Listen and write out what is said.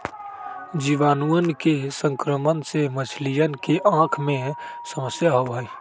जीवाणुअन के संक्रमण से मछलियन के आँख में समस्या होबा हई